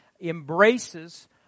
embraces